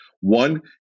One